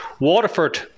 Waterford